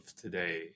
today